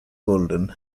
golden